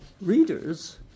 readers